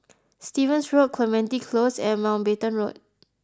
Stevens Road Clementi Close and Mountbatten Road